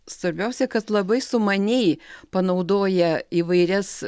svarbiausia kad labai sumaniai panaudoja įvairias